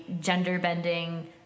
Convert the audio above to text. gender-bending